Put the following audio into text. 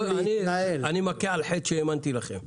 אני מכה על חטא שהאמנתי לכם.